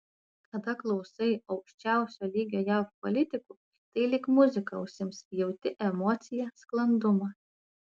kada klausai aukščiausio lygio jav politikų tai lyg muzika ausims jauti emociją sklandumą